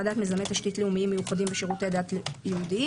ועדת מיזמי תשתית לאומיים מיוחדים ושירותי דת יהודיים.